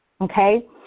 okay